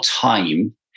time